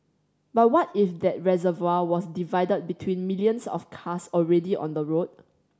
but what if that reservoir was divided between millions of cars already on the road